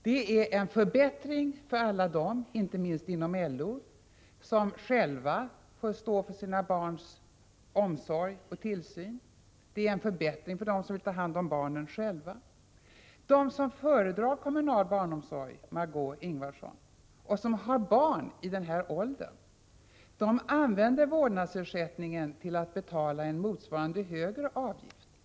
Det är en förbättring för alla dem, inte minst inom LO, som själva får stå för sina barns omsorg och tillsyn och för dem som själva vill ta hand om barnen. De som har barn i denna ålder och som föredrar kommunal barnomsorg, Marg6ö Ingvardsson, använder vårdnadsersättningen till att betala en motsvarande högre avgift.